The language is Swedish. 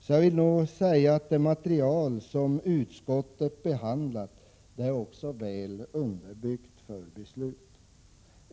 Så jag kan säga att det material som utskottet behandlat är väl underbyggt.